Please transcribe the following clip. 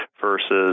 versus